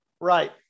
Right